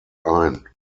ein